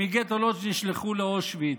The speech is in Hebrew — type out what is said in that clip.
מגטו לודז' הם נשלחו לאושוויץ.